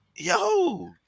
Yo